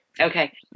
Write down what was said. Okay